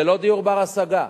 זה דיור בר-השגה,